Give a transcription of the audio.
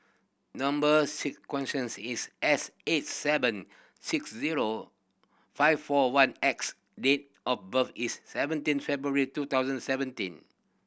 number sequence is S eight seven six zero five four one X date of birth is seventeen February two thousand seventeen